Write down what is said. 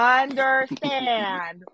understand